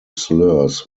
slurs